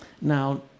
Now